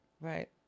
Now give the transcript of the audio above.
right